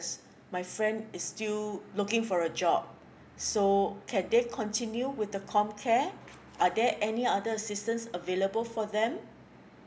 my friend is still looking for a job so can they continue with the comcare are there any other assistance available for them